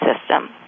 system